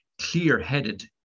clear-headed